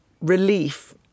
relief